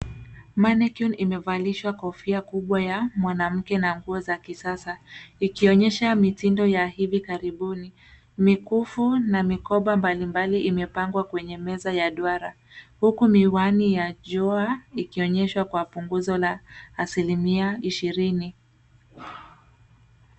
Manneguin imevalisha kofia kubwa ya mwanamke na nguo za kisasa, ikionyesha mitindo ya hivi karibuni. Mikufu na mikoba mbali mbali imepangwa kwenye meza ya duara, huku miwani ya jua ikionyeshwa kwa punguzo la asilimia ishirini.